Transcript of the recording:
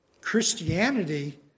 Christianity